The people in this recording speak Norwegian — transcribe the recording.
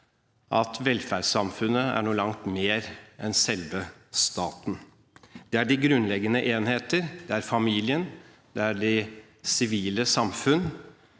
at velferdssamfunnet er noe langt mer enn selve staten. Det er de grunnleggende enheter, det er familien, det sivile samfunn,